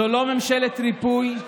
זו לא ממשלת ריפוי,